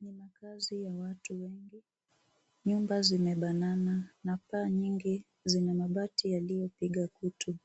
Ni makazi ya watu wengi. Nyumba zimebanana na paa nyingi zenye mabati yaliyopiga kutu.